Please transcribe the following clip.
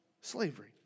slavery